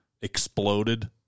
exploded